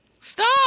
Stop